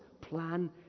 plan